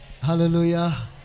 Hallelujah